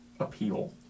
Appeal